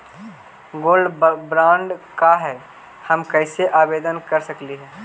Gold bond का है, हम कैसे आवेदन कर सकली ही?